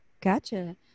gotcha